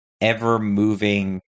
ever-moving